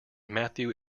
matthew